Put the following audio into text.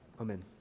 Amen